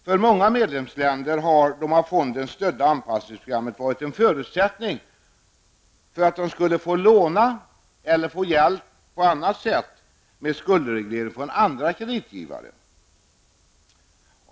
För många medlemsländer har de av fonden stödda anpassningsprogrammen varit en förutsättning för att få låna eller få hjälp på annat sätt med skuldreglering från andra kreditgivare.